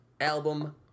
album